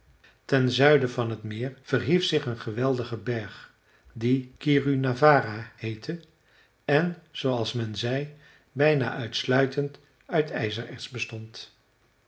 ten zuiden van het meer verhief zich een geweldige berg die kirunavara heette en zooals men zei bijna uitsluitend uit ijzererts bestond